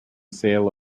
sale